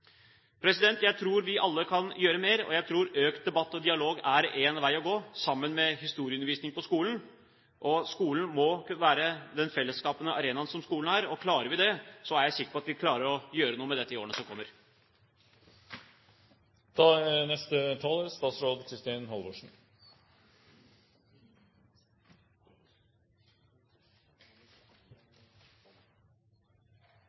Jeg tror vi alle kan gjøre mer, og jeg tror økt debatt og dialog er én vei å gå, sammen med historieundervisning på skolen – og skolen må være den felles skapende arena som den er. Klarer vi det, er jeg sikker på at vi klarer å gjøre noe med dette i årene som kommer. Det er